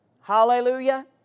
Hallelujah